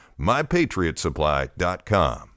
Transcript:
MyPatriotSupply.com